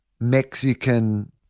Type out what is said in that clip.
Mexican